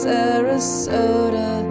Sarasota